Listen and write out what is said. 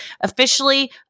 officially